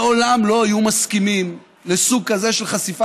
לעולם לא היו מסכימים לסוג כזה של חשיפה